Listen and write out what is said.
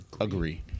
agree